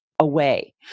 Away